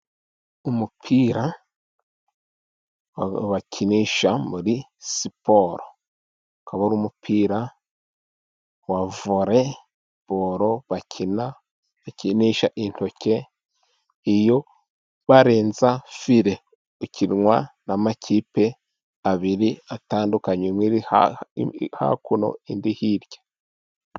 Umupira bakinisha muri siporo. Ukaba ari umupira wa voreboro, bakina bakinisha intoke, iyo barenza file. Ukinwa n'amakipe abiri atandukanye, imwe iri hakuno indi hirya.